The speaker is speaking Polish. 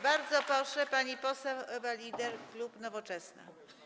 Bardzo proszę, pani poseł Ewa Lieder, klub Nowoczesna.